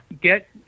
get